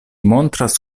montras